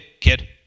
kid